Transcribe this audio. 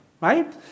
right